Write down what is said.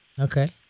Okay